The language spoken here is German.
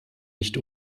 nicht